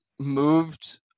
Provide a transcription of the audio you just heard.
moved